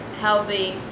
healthy